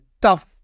Tough